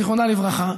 זיכרונה לברכה,